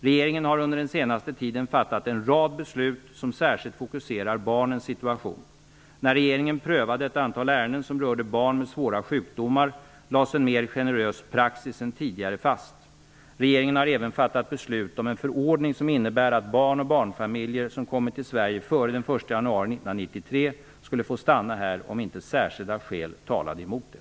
Regeringen har under den senaste tiden fattat en rad beslut som särskilt fokuserar barnens situation. När regeringen prövade ett antal ärenden som rörde barn med svåra sjukdomar lades en mer generös praxis än tidigare fast. Regeringen har även fattat beslut om en förordning som innebär att barn och barnfamiljer som kommit till Sverige före den 1 januari 1993 skulle få stanna här om inte särskilda skäl talade emot det.